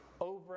over